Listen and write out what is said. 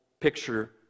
picture